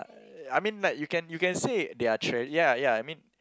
I mean like you can you can say they are trea~ ya ya I mean